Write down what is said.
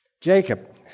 Jacob